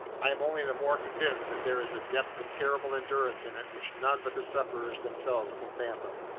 i am only the more convinced that there is a depth of terrible endurance in it which none but the sufferers themselves can fathom,